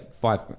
five